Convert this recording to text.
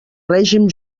règim